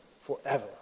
forever